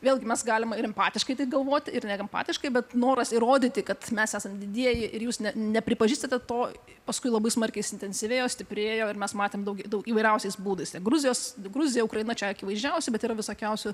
vėlgi mes galim ir empatiškai taip galvoti ir neempatiškai bet noras įrodyti kad mes esam didieji ir jūs nepripažįstate to paskui labai smarkiai suintensyvėjo stiprėjo ir mes matėm daug daug įvairiausiais būdais gruzijos gruzija ukraina čia akivaizdžiausi bet yra visokiausių